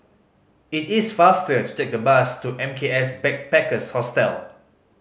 it is faster to take bus to M K S Backpackers Hostel